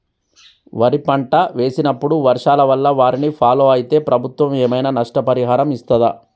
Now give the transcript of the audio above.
వరి పంట వేసినప్పుడు వర్షాల వల్ల వారిని ఫాలో అయితే ప్రభుత్వం ఏమైనా నష్టపరిహారం ఇస్తదా?